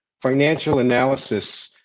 financial analysis,